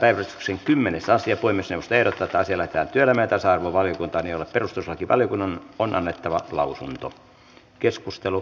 puhemiesneuvosto ehdottaa että asia lähetetään työelämä ja tasa arvovaliokuntaan jolle perustuslakivaliokunnan on annettava lausunto